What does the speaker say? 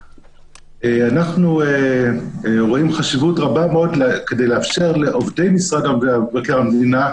אנחנו רואים חשיבות רבה כדי לאפשר לעובדי משרד מבקר המדינה,